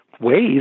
ways